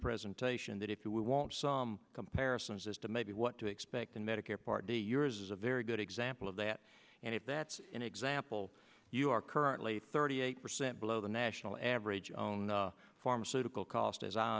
presentation that if you want some comparisons as to maybe what to expect in medicare part d yours is a very good example of that and if that's an example you are currently thirty eight percent below the national average own pharmaceutical cost as i